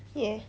ya